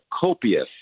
copious